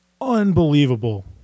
unbelievable